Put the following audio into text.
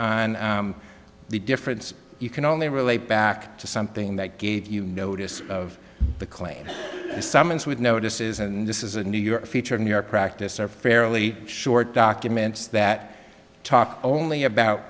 honor the difference you can only relate back to something that gave you notice of the claim a summons with notices and this is a new york feature of new york practice are fairly short documents that talk only about